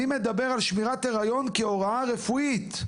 אני מדבר על שמירת הריון כהוראה רפואית,